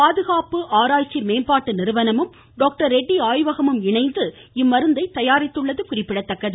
பாதுகாப்பு ஆராய்ச்சி மேம்பாட்டு நிறுவனமும் டாக்டர் ரெட்டி ஆய்வகமும் இணைந்து இம்மருந்தை தயாரித்துள்ளது குறிப்பிடத்தக்கது